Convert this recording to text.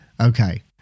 Okay